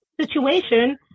situation